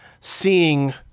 seeing